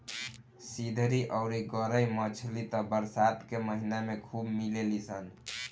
सिधरी अउरी गरई मछली त बरसात के महिना में खूब मिलेली सन